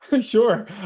Sure